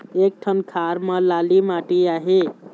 एक ठन खार म लाली माटी आहे?